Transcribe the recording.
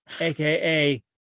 aka